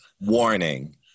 warning